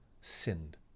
sinned